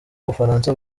ubufaransa